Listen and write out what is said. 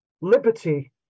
liberty